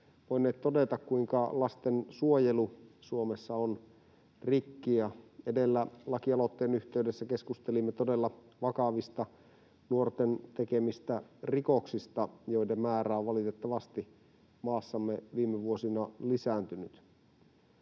voineet todeta, kuinka lastensuojelu Suomessa on rikki, ja edellä lakialoitteen yhteydessä keskustelimme todella vakavista nuorten tekemistä rikoksista, joiden määrä on valitettavasti maassamme viime vuosina lisääntynyt.